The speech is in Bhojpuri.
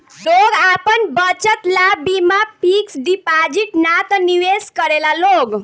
लोग आपन बचत ला बीमा फिक्स डिपाजिट ना त निवेश करेला लोग